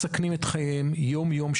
מסכנים את חייהם יום-יום,